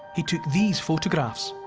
he took these photographs.